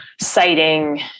citing